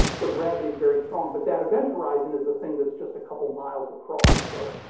where gravity's very strong. but that event horizon is the thing that's just a couple miles across. so,